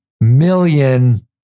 million